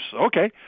Okay